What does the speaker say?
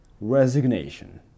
resignation